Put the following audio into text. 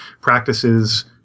practices